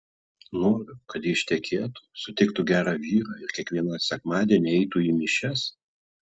noriu kad ji ištekėtų sutiktų gerą vyrą ir kiekvieną sekmadienį eitų į mišias